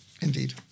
Indeed